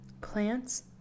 Plants